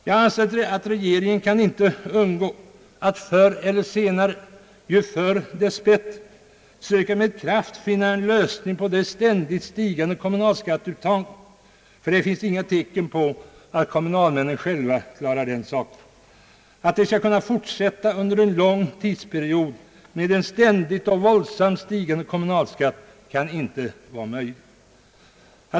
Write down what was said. Jag anser att regeringen inte kan undgå att förr eller senare — ju förr dess bättre — med kraft söka finna en lösning på det ständigt stigande kommunalskatteuttaget, ty det finns inga tecken på att kommunalmännen själva klarar den saken. Att kommunalskatten under en lång tidsperiod skall kunna fortsätta att ständigt och våldsamt stiga kan inte vara möjligt.